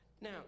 Now